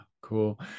cool